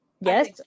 Yes